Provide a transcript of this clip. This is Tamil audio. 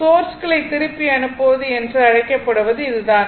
சோர்ஸ்களை திருப்பி அனுப்புவது என்று அழைக்கப்படுவது இது தான்